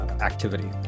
activity